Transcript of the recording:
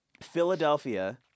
Philadelphia